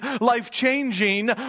life-changing